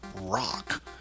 rock